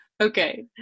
Okay